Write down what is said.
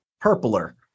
purpler